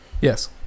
Yes